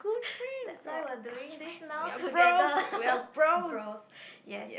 that's why we're doing this now together bros yes